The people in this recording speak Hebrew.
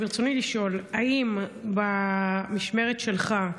ברצוני לשאול: האם במשמרת שלך,